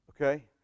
Okay